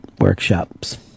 workshops